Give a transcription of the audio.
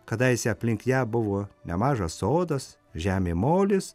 kadaise aplink ją buvo nemažas sodas žemė molis